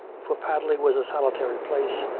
for padley was a solitary place,